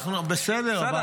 בסדר.